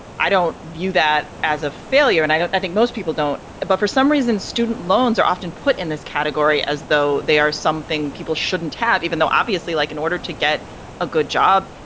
i don't view that as a failure. and i don't think most people don't. but for some reason, student loans are often put in this category as though they are something people shouldn't have, even though obviously, like in order to get a good job,